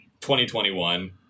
2021